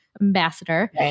ambassador